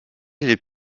les